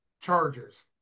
chargers